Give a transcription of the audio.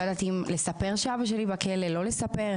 לא ידעתי אם לספר שאבא שלי בכלא, לא לספר.